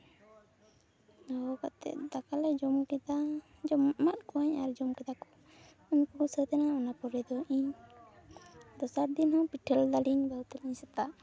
ᱦᱚᱦᱚ ᱠᱟᱛᱮ ᱫᱟᱠᱟ ᱞᱮ ᱡᱚᱢ ᱠᱮᱫᱟ ᱡᱚᱢ ᱮᱢᱟᱫ ᱠᱚᱣᱟᱹᱧ ᱟᱨ ᱡᱚᱢ ᱠᱮᱫᱟ ᱠᱚ ᱩᱱᱠᱩ ᱠᱚ ᱥᱟᱹᱛ ᱮᱱᱟ ᱚᱱᱟ ᱯᱚᱨᱮ ᱫᱚ ᱤᱧ ᱫᱚᱥᱟᱨ ᱫᱤᱱ ᱦᱚᱸ ᱯᱤᱴᱷᱟᱹ ᱞᱮᱫᱟᱞᱤᱧ ᱵᱟᱹᱦᱩ ᱛᱟᱞᱤᱧ ᱥᱮᱛᱟᱜ